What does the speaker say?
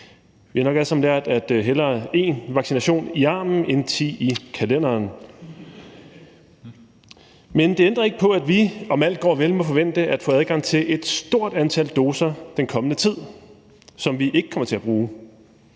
Vi har nok alle sammen lært den med »hellere én vaccination i armen end ti i kalenderen«. Men det ændrer ikke på, at vi, om alt går vel, må forvente at få adgang til et stort antal doser den kommende tid, som vi ikke kommer til at bruge.